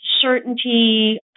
certainty